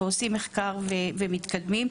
עושים מחקר ומתקדמים,